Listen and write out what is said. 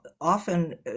often